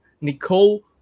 Nicole